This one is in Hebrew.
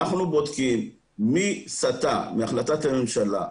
אנחנו בודקים מי סטה מהחלטת הממשלה,